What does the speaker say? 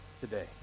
today